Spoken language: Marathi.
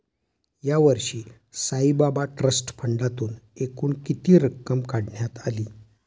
यावर्षी साईबाबा ट्रस्ट फंडातून एकूण किती रक्कम काढण्यात आली?